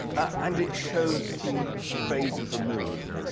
and it shows the phase of the moon.